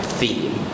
Theme